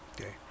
okay